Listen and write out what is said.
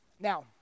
Now